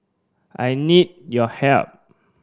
I need your help